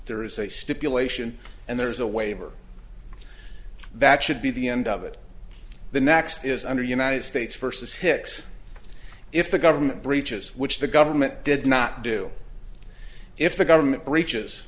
there is a stipulation and there's a waiver that should be the end of it the next is under united states versus hicks if the government breaches which the government did not do if the government breaches